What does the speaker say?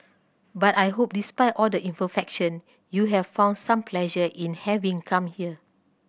but I hope despite all the imperfection you have found some pleasure in having come here